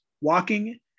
walking